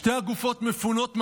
שתי הגופות מפונות מהמשכן,